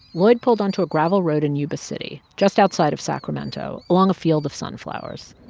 lloyd pulled onto a gravel road in yuba city just outside of sacramento along a field of sunflowers.